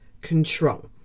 control